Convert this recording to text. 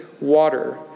water